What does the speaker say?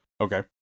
Okay